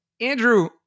Andrew